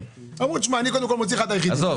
אמרו שאני קודם כל מוציא לך את היחידים.